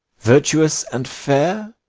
virtuous and fair,